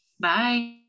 Bye